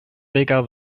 bigger